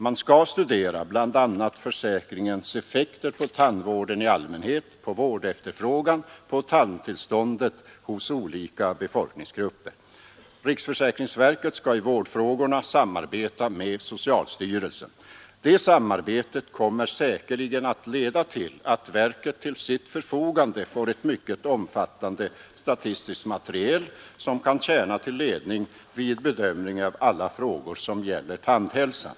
Man skall studera bl.a. försäkringens effekter på tandvården i allmänhet, på vårdefterfrågan och på tandtillståndet hos olika befolkningsgrupper. Riksförsäkringsverket skall i vårdfrågorna samarbeta med socialstyrelsen. Det samarbetet kommer säkerligen att leda till att verket till sitt förfogande får ett mycket omfattande statistiskt material, som kan tjäna till ledning vid bedömningen av alla frågor som gäller tandhälsan.